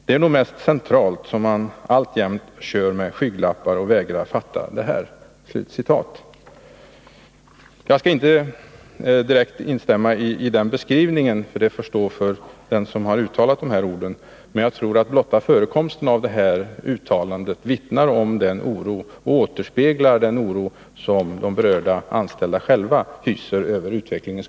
Det är nog mest centralt som man alltjämt kör med skygglappar och vägrar fatta det här ...” Jag skall inte direkt instämma i den beskrivningen — den får stå för den som har uttalat de orden — men jag tror att blotta förekomsten av uttalandet återspeglar den oro som de berörda anställda själva hyser över utvecklingens